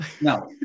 No